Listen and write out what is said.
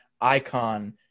icon